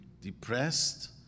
depressed